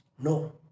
No